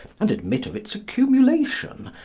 and admit of its accumulation,